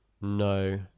No